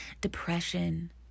depression